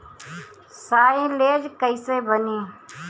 Silage कईसे बनी?